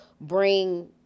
bring